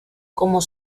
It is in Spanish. como